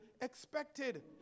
expected